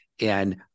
and-